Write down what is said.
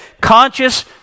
conscious